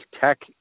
Tech